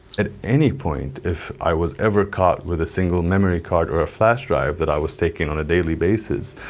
at any point, if i was ever caught with a single memory card or a flash drive that i was taking on a daily basis,